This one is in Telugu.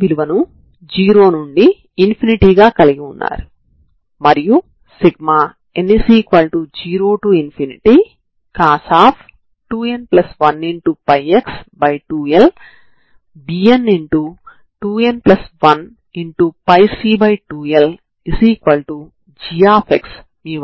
దీనిని దీనిని చేస్తే dξ dη J dx dt అవుతుంది ఇక్కడ J జకోబియన్